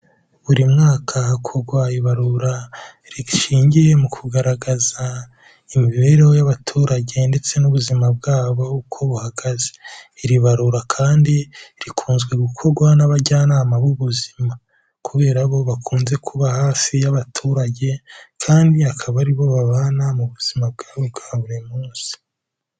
Buri mwaka hakogwa ibarura rishingiye mu kugaragaza imibereho y'abaturage ndetse n'ubuzima bwabo, uko buhagaze. Iri barura kandi rikuzwe gukogwa n'abajyanama b'ubuzima, kubera bo bakunze kuba hafi y'abaturage kandi akaba aribo babana mu buzima bwabo bwa buri munsi.